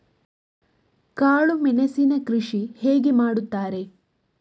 ಕಾಳು ಮೆಣಸಿನ ಕೃಷಿ ಹೇಗೆ ಮಾಡುತ್ತಾರೆ?